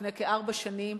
לפני כארבע שנים,